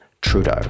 Trudeau